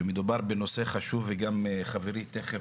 ומדובר בנושא חשוב, וגם תיכף